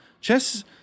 chess